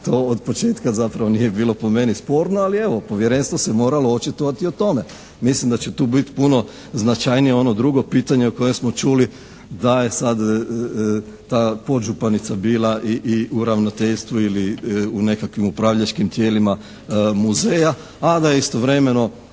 To od početka zapravo nije bilo po meni sporno, ali evo povjerenstvo se moralo očitovati o tome. Mislim da će tu biti puno značajnije ono drugo pitanje koje smo čuli, da je sad ta podžupanica bila i u ravnateljstvu i u nekakvim upravljačkim tijelima muzeja, a da je istovremeno